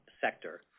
sector